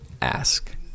ask